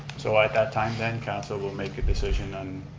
so, at that time then, council will make a decision on.